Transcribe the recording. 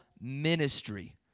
ministry